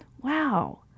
wow